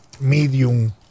medium